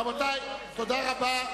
רבותי, תודה רבה.